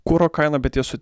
kuro kainą bet jie su